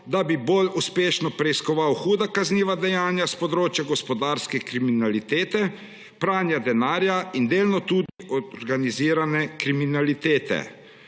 da bi bolj uspešno preiskoval huda kazniva dejanja s področja gospodarske kriminalitete, pranja denarja in delno tudi organizirane kriminalitete.